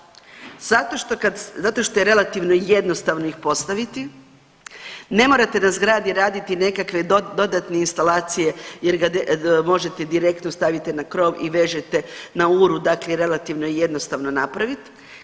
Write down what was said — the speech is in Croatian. Zato što kad, zato što je relativno jednostavno ih postaviti, ne morate na zgradi raditi nekakve dodatne instalacije jer ga možete direktno stavite na krov i vežete na uru, dakle relativno je jednostavno napraviti.